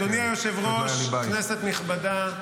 אדוני היושב-ראש, כנסת נכבדה,